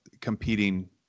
competing